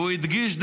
והוא הדגיש,